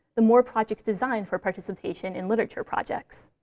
the more projects design for participation in literature projects.